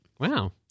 Wow